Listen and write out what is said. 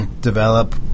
develop